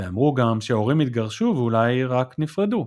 ואמרו גם שההורים התגרשו ואולי רק נפרדו.